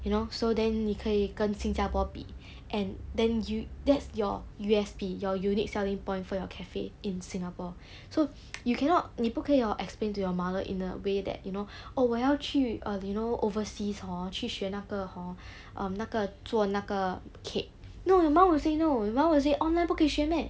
you know so then 你可以跟新加坡比 and then you that's your U_S_P your unique selling point for your cafe in singapore so you cannot 你不可以 hor explain to your mother in a way that you know oh 我要去 um you know overseas hor 去学那个 hor um 那个做那个 cake no your mom will say your mom will say online 不可以学 meh